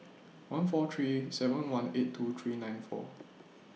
one four three seven one eight two three nine four